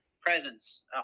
presence